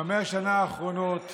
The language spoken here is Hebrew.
ב-100 השנים האחרונות,